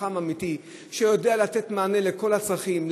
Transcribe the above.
חכם אמיתי שיודע לתת מענה לכל הצרכים,